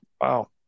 Wow